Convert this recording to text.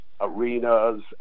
arenas